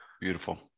Beautiful